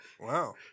Wow